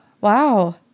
wow